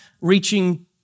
reaching